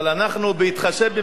בהתחשב במה שאתה אומר,